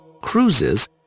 cruises